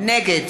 נגד